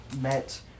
met